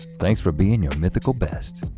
thanks for being your mythical best.